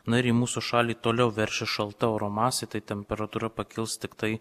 na ir į mūsų šalį toliau veršis šalta oro masė tai temperatūra pakils tiktai